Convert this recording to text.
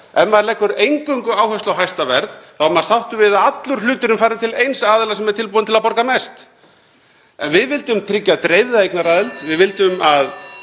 Ef maður leggur eingöngu áherslu á hæsta verð þá er maður sáttur við að allur hluturinn fari til eins aðila sem er tilbúinn til að borga mest. En við vildum tryggja dreifða eignaraðild. Við vildum að